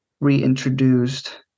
reintroduced